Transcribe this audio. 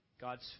God's